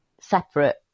separate